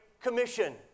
Commission